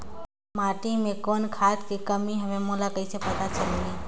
माटी मे कौन खाद के कमी हवे मोला कइसे पता चलही?